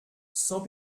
sans